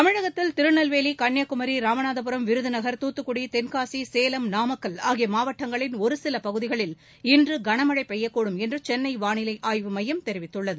தமிழகத்தில் திருநெல்வேலி கன்னியாகுமரி ராமநாதபுரம் விருதுநகர் துத்துக்குடி தென்காசி சேலம் நாமக்கல் ஆகிய மாவட்டங்களின் ஒரு சில பகுதிகளில் இன்று கனமழழ பெய்யக்கூடும் என்று சென்னை வானிலை ஆய்வு மையம் தெரிவித்துள்ளது